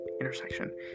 Intersection